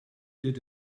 did